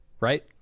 right